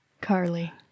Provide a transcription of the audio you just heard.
Carly